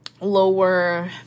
lower